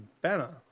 Banner